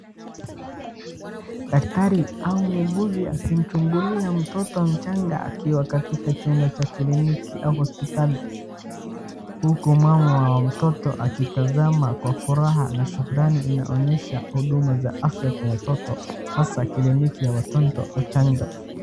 Daktari au muuguzi akimchungulia mtoto mchanga akiwa chumba cha cliniki au hospitali huku mama mtoto akitazama kwa furaha na shukrani inaonyesha huduma za afya kwa watoto hasa cliniki ya watoto wa chanjo.